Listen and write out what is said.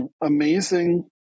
amazing